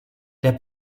der